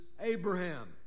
Abraham